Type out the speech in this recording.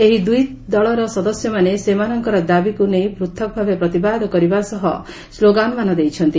ଏହି ଦୁଇ ଦଳର ସଦସ୍ୟମାନେ ସେମାନଙ୍କର ଦାବିକୁ ନେଇ ପୂଥକ୍ ଭାବେ ପ୍ରତିବାଦ କରିବା ସହ ସ୍କୋଗାନମାନ ଦେଇଛନ୍ତି